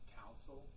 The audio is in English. council